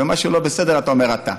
ועל מה שלא בסדר אתה אומר: אתה.